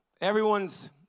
everyone's